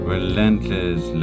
Relentless